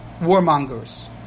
warmongers